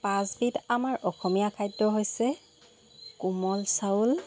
পাঁচবিধ আমাৰ অসমীয়া খাদ্য় হৈছে কোমল চাউল